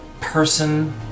person